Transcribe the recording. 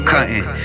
Cutting